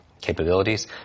capabilities